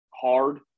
hard